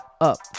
up